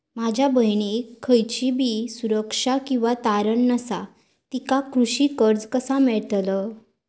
माझ्या बहिणीक खयचीबी सुरक्षा किंवा तारण नसा तिका कृषी कर्ज कसा मेळतल?